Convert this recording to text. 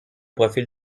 profil